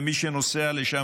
ומי שנוסע לשם,